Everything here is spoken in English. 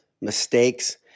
mistakes